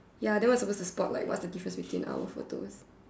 ya then we're supposed to spot like what's the difference between our photos